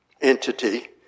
entity